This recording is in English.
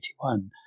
1981